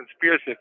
conspiracy